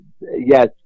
yes